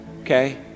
okay